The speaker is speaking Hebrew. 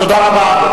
תודה רבה.